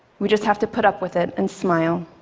we just have to put up with it and smile.